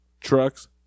trucks